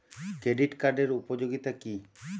Credit কার্ডের উপযোগিতা কি?